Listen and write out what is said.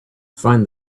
find